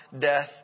death